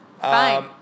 Fine